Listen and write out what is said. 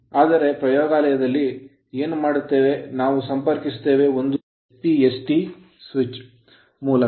ಆದರೆ ಪ್ರಯೋಗಾಲಯದಲ್ಲಿ ನಾವು ಏನು ಮಾಡುತ್ತೇವೆ ನಾವು ಸಂಪರ್ಕಿಸುತ್ತೇವೆ ಒಂದು SPST single pole single throw switch single pole single throw switch ಮೂಲಕ